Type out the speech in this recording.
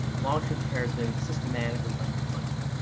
long-term care has been systematically underfunded.